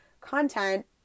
content